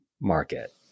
market